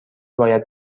باید